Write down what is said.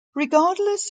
regardless